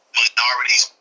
minorities